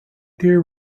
dear